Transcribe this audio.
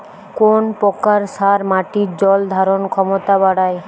কোন প্রকার সার মাটির জল ধারণ ক্ষমতা বাড়ায়?